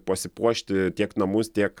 pasipuošti tiek namus tiek